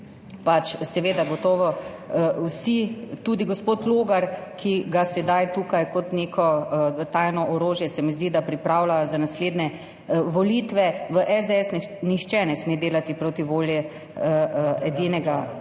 navodilih, gotovo vsi, tudi gospod Logar, ki ga sedaj tukaj kot neko tajno orožje, se mi zdi, pripravljajo za naslednje volitve. V SDS nihče ne sme delati proti volji edinega osamosvojitelja.